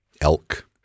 elk